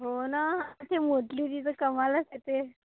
हो ना ती मोटली ती तर कमालच आहे ते